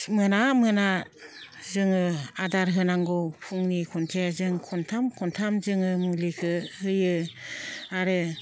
मोना मोना जोङो आदार होनांगौ फुंनि खनसे जों खनथाम खनथाम जोङो मुलिखौ होयो आरो